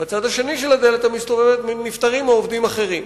בצד השני של הדלת המסתובבת נפטרים מעובדים אחרים.